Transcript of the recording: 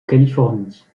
californie